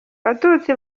batutsi